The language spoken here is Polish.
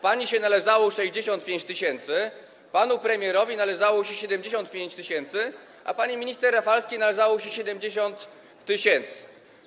Pani należało się 65 tys., panu premierowi należało się 75 tys., a pani minister Rafalskiej należało się 70 tys.